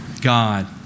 God